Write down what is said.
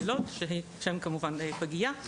כשאין כמובן פגייה,